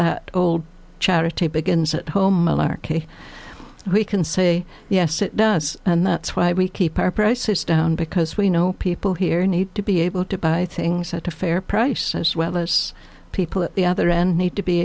that old charity begins at home malarky we can say yes it does and that's why we keep our prices down because we know people here need to be able to buy things at a fair price as well as people at the other end need to be